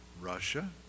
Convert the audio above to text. Russia